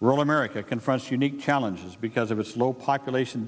rural america confronts unique challenges because of us low population